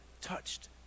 touched